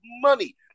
money